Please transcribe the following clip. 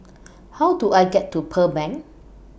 How Do I get to Pearl Bank